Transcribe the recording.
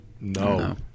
No